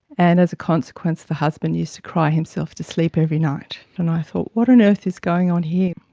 and as a consequence the husband used to cry himself to sleep every night. and i thought what on earth is going on here.